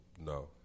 no